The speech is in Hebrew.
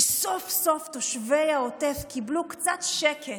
וסוף-סוף תושבי העוטף קיבלו קצת שקט,